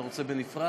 אתה רוצה בנפרד?